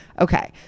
Okay